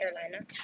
Carolina